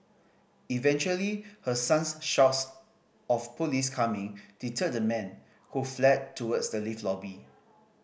eventually her son's shouts of police coming deterred the man who fled towards the lift lobby